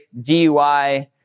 DUI